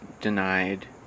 denied